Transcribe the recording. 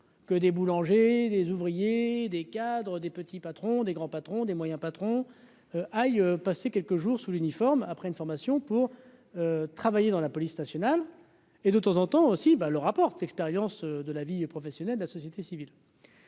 Que des boulangers, des ouvriers, des. Encadre des petits patrons, des grands patrons, des moyens patrons aillent passer quelques jours sous l'uniforme, après une formation pour travailler dans la police nationale et de temps en temps aussi ben leur apportent expérience de la vie professionnelle de la société civile.